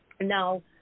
Now